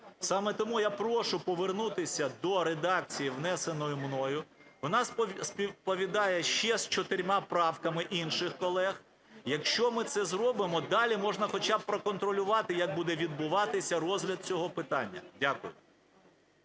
Саме тому я прошу повернутися до редакції внесеною мною, вона співпадає ще з чотирма правками інших колег. Якщо ми це зробимо, далі можна хоча б проконтролювати, як буде відбуватися розгляд цього питання. Дякую.